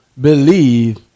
believe